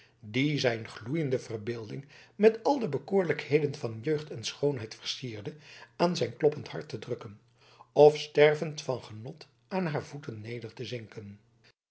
die zijn gloeiende verbeelding met al de bekoorlijkheden van jeugd en schoonheid versierde aan zijn kloppend hart te drukken of stervend van genot aan haar voeten neder te zinken